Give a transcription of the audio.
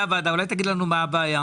הוועדה ולחברי הוועדה תגיד לנו מה הבעיה.